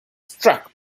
struck